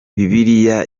bibiliya